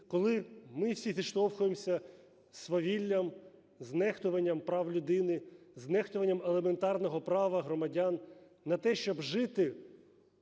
коли ми всі зіштовхуємося зі свавіллям, з нехтуванням прав людини, з нехтуванням елементарного права громадян на те, щоб жити